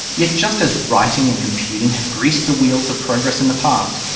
yet just as writing and computing have greased the wheels of progress in the past,